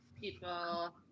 People